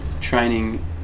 training